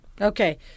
Okay